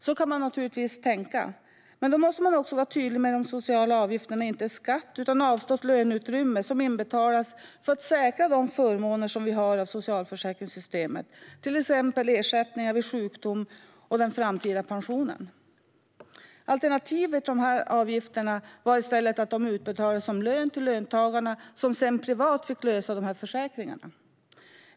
Så kan man naturligtvis tänka, men då måste man också vara tydlig med att de sociala avgifterna inte är skatt utan avstått löneutrymme som inbetalas för att säkra de förmåner vi har från socialförsäkringssystemet, till exempel ersättningar vid sjukdom, och den framtida pensionen. Alternativet till att ta ut dessa avgifter vore att de i stället utbetalades som lön till löntagarna, som sedan privat fick teckna dessa försäkringar.